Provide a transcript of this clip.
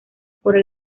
por